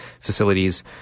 facilities